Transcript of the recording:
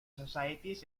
societies